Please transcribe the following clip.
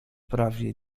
prawie